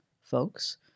folks